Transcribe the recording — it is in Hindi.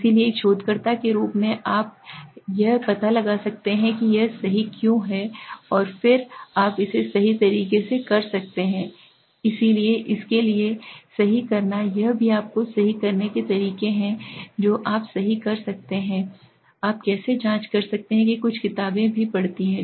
इसलिए एक शोधकर्ता के रूप में आप यह पता लगा सकते हैं कि यह सही क्यों है और फिर आप इसे सही कर सकते हैं इसलिए इसके लिए सही करना यह भी आपको सही करने के तरीके हैं जो आप सही कर सकते हैं आप कैसे जांच सकते हैं कि कुछ किताबें भी पढ़ती हैं